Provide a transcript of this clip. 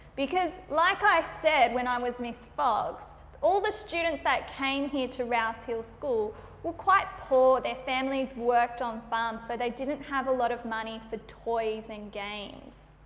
because like i said when i was miss fox all the students that came here to rouse hill school were quite poor, their families worked on farms so they didn't have a lot of money for toys and games.